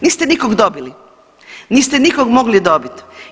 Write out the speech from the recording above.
Niste nikog dobili, niste nikog mogli dobit.